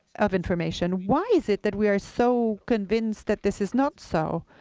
of information? why is it that we are so convinced that this is not so?